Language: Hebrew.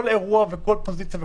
כל אירוע וכל פוזיציה.